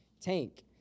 Tank